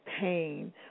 pain